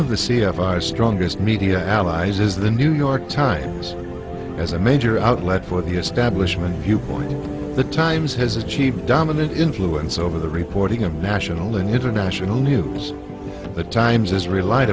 of the c f r strongest media allies is the new york times as a major outlet for the establishment viewpoint the times has achieved dominant influence over the reporting of national and international news the times is relied